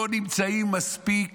לא נמצאים מספיק